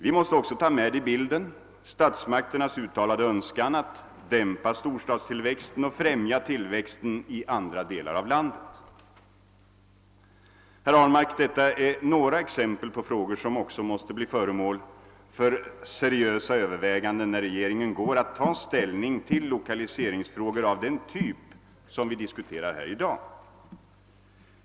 Vi måste också ta hänsyn till statsmakternas uttalade önskan att dämpa storstadstillväxten och främja tillväxten i andra delar av landet. Detta är, herr Ahlmark, några exempel på frågor som också måste bli föremål för seriösa överväganden när regeringen ' går att ta ställning till lokaliseringsfrågor av den typ som vi diskuterar här i dag.